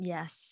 Yes